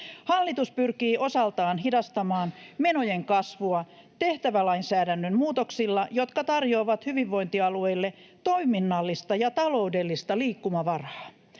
Hallitus pyrkii osaltaan hidastamaan menojen kasvua tehtävälainsäädännön muutoksilla, jotka tarjoavat hyvinvointialueille toiminnallista ja taloudellista liikkumavaraa.